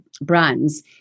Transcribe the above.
Brands